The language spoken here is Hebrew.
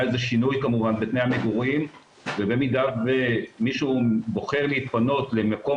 שינוי בתנאי המגורים ובמידה ומישהו בוחר להתפנות למקום